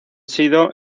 sido